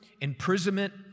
imprisonment